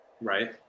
right